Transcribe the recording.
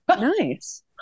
Nice